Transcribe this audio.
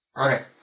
Okay